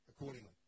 accordingly